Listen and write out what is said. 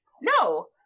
No